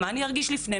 מה אני ארגיש לפני,